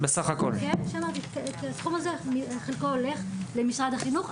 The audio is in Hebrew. כאשר חלקו של הסכום הזה הולך למשרד החינוך.